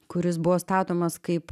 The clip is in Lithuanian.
kuris buvo statomas kaip